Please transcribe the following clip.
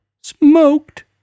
smoked